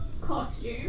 ...costume